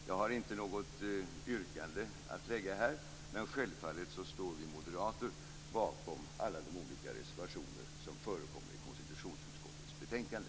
Jag har inte något yrkande, men självfallet står vi moderater bakom alla våra olika reservationer som förekommer till konstitutionsutskottets betänkande.